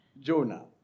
Jonah